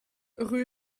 rue